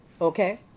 Okay